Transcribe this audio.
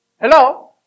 Hello